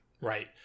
right